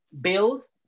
build